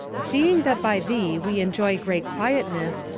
seeing that by thee we enjoy great quietness,